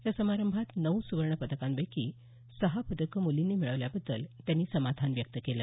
या समारंभात नऊ सुवर्ण पदकांपैकी सहा पदकं मुलींनी मिळवल्याबद्दल त्यांनी समाधान व्यक्त केलं